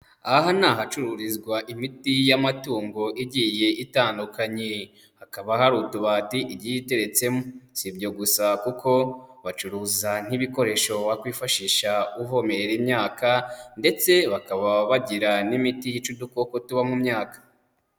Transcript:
Aha ni ahacururizwa imiti y'amatungo igiye itandukanye, hakaba hari utubati igiye iteretsemo, si ibyo gusa kuko bacuruza nk'ibikoresho wakwifashisha uvomerera imyaka ndetse bakaba bagira n'imiti yica udukoko tuba mu myaka.